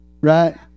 Right